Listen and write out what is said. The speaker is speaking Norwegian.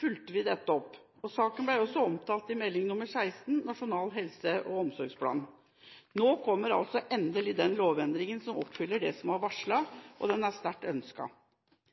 fulgte vi dette opp, og saken ble også omtalt i Meld. St. nr. 16 for 2010–2011, Nasjonal helse- og omsorgsplan . Nå kommer altså endelig den lovendringen som oppfyller det som er varslet, og den er sterkt